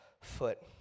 foot